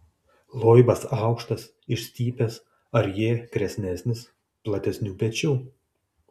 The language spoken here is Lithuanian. loibas aukštas išstypęs arjė kresnesnis platesnių pečių